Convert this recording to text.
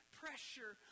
pressure